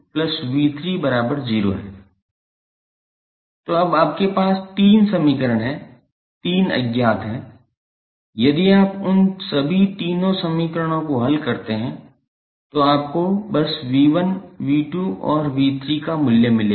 तो अब आपके पास तीन समीकरण हैं तीन अज्ञात यदि आप उन सभी तीन समीकरणों को हल करते हैं तो आपको बस 𝑉1 𝑉2 और 𝑉3 का मूल्य मिलेगा